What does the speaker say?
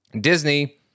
Disney